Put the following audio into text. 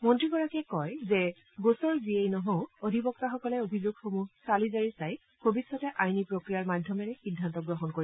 মন্নীগৰাকীয়ে কয় যে গোচৰ যিয়েই নহওক অধিবক্তাসকলে অভিযোগসমূহ চালি জাৰি চাই ভৰিষ্যতে আইনী প্ৰক্ৰিয়াৰ মাধ্যমেৰে সিদ্ধান্ত গ্ৰহণ কৰিব